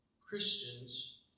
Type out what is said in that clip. Christians